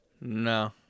No